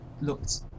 looked